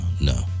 No